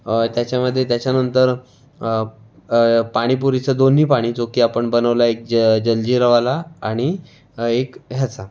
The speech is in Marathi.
त्याच्यामध्ये त्याच्यानंतर पाणीपुरीचं दोन्ही पाणी जो की आपण बनवला एक जलजीरावाला आणि एक ह्याचा